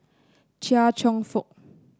Chia Cheong Fook